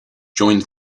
joined